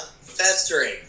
festering